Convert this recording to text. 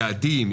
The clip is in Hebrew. יעדים,